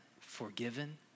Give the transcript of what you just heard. forgiven